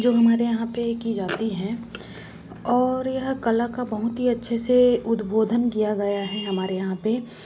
जो हमारे यहाँ पर की जाती है और यह कला का बहुत ही अच्छे से उद्बोधन किया गया है हमारे यहाँ पर